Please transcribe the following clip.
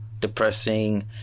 depressing